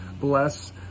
bless